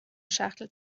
schachtel